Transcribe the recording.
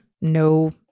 No